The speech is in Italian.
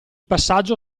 passaggio